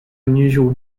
unusual